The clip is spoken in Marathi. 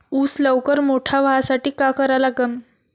ऊस लवकर मोठा व्हासाठी का करा लागन?